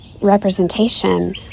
representation